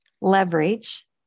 leverage